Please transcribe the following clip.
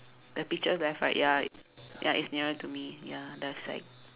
the picture left right ya ya it's nearer to me ya left side